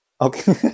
Okay